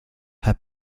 her